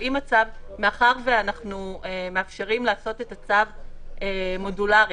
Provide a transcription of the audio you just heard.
מאחר שאנחנו מאפשרים לעשות את הצו מודולרי,